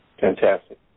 Fantastic